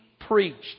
preached